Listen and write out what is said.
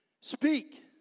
speak